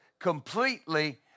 completely